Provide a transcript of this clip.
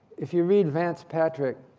if you read vance patrick,